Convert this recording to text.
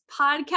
podcast